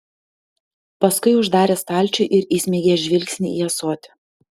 paskui uždarė stalčių ir įsmeigė žvilgsnį į ąsotį